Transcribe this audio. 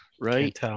Right